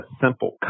simple